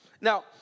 Now